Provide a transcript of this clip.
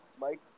Mike